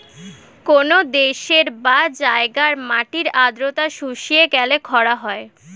কোন দেশের বা জায়গার মাটির আর্দ্রতা শুষিয়ে গেলে খরা হয়